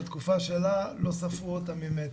בתקופה שלה לא ספרו אותה ממטר.